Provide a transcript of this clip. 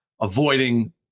avoiding